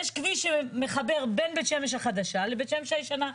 יש כביש שמחבר בין בית שמש החדשה לבית שמש הישנה.